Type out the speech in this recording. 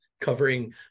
covering